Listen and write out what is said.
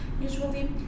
Usually